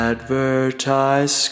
Advertise